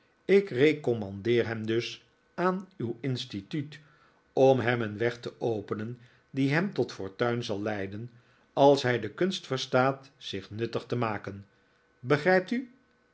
ik recommandeer hem dus aan uw instituut om hem een weg te openen die hem tot fortuin zal leiden als hij de kunst verstaat zich nuttig te maken begrijpt gij